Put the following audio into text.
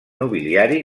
nobiliari